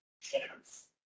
chance